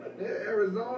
Arizona